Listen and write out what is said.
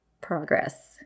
progress